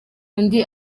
undi